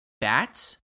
bats